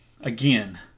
again